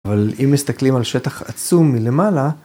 אבל אם מסתכלים על שטח עצום מלמעלה,